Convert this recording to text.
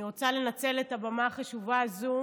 אני רוצה לנצל את הבמה החשובה הזו